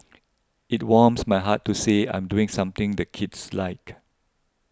it warms my heart to say I'm doing something the kids like